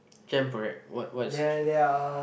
gem project what what is